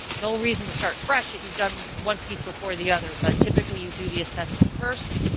no reason to start fresh if you've done one piece before the other. but typically you do the assessment first.